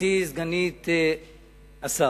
גברתי סגנית השר,